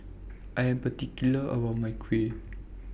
I Am particular about My Kuih